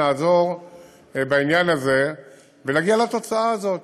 נעזור בעניין הזה ונגיע לתוצאה הזאת.